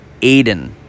Aiden